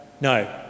No